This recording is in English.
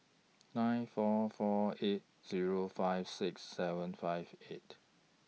nine four four eight Zero five six seven five eight